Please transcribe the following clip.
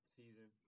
season